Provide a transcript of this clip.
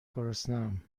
گرسنهام